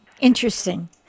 interesting